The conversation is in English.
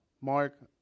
Mark